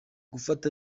gufata